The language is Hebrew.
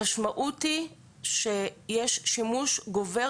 המשמעות היא שיש שימוש הולך וגובר